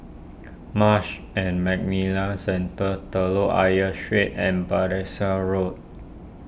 Marsh and McLennan Centre Telok Ayer Street and Battersea Road